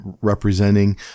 representing